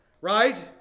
Right